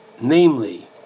namely